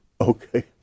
Okay